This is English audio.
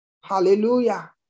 Hallelujah